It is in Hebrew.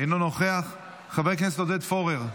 אינו נוכח, חבר הכנסת עודד פורר,